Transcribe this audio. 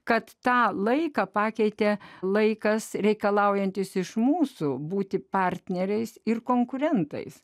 kad tą laiką pakeitė laikas reikalaujantys iš mūsų būti partneriais ir konkurentais